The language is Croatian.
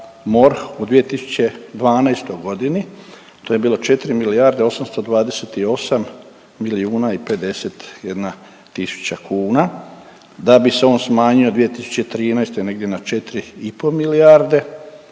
u 2012. godini to je bilo 4 milijarde 828 milijuna i 51 tisuća kuna da bi se on smanjio 2013. negdje na 4,5 milijarde,